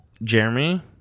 Jeremy